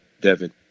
Devin